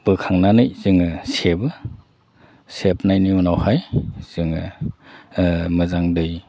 बोखांनानै जोङो सेबो सेबनायनि उनावहाय जोङो मोजां दै